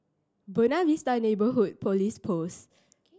Buona Vista Neighbourhood Police Post